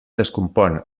descompon